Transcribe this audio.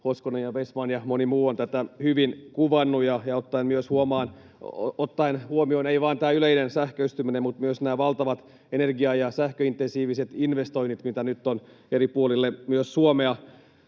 Hoskonen ja Vestman ja moni muu ovat tätä hyvin kuvanneet ottaen huomioon ei vain yleisen sähköistymisen mutta myös nämä valtavat energia‑ ja sähköintensiiviset investoinnit, mitä nyt on eri puolille Suomea